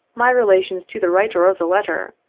my relations to the writer of the letter,